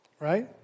right